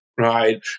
Right